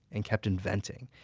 and kept inventing,